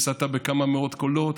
הפסדת בכמה מאות קולות.